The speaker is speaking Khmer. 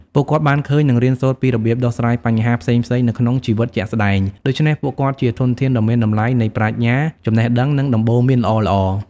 ពួកគាត់បានឃើញ និងរៀនសូត្រពីរបៀបដោះស្រាយបញ្ហាផ្សេងៗនៅក្នុងជីវិតជាក់ស្ដែង ដូច្នេះពួកគាត់ជាធនធានដ៏មានតម្លៃនៃប្រាជ្ញា ចំណេះដឹង និងដំបូន្មានល្អៗ។